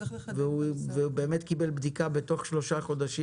-- והוא באמת קיבל בדיקה בתוך שלושה חודשים,